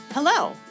Hello